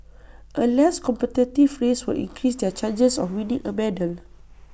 A less competitive race would increase their chances of winning A medal